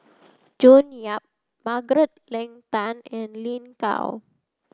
June Yap Margaret Leng Tan and Lin Gao